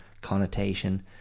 connotation